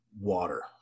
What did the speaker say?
water